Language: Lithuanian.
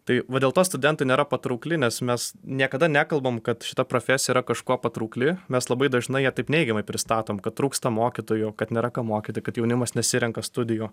tai va dėl to studentui nėra patraukli nes mes niekada nekalbam kad šita profesija yra kažkuo patraukli mes labai dažnai ją taip neigiamai pristatom kad trūksta mokytojų kad nėra kam mokyti kad jaunimas nesirenka studijų